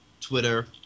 Twitter